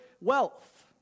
wealth